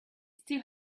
still